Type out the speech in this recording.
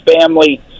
family